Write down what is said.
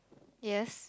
yes